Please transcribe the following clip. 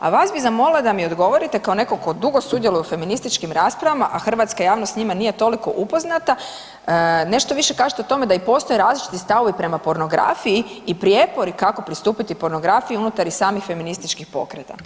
A vas bi zamolila da mi odgovorite kao netko tko dugo sudjeluje u feminističkim raspravama, a hrvatska javnost s njima nije toliko upoznata, nešto kažete o tome da i postoje različiti stavovi prema pornografiji i prijepori kako pristupiti unutar i samih feminističkih pokreta.